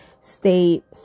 state